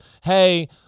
hey